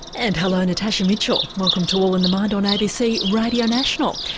and hello, natasha mitchell, welcome to all in the mind on abc radio national.